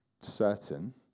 certain